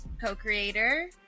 co-creator